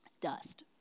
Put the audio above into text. Dust